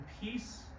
peace